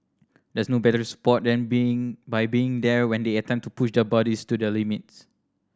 there's no better support than being by being there when they attempt to push their bodies to the limit